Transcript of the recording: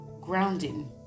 grounding